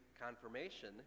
confirmation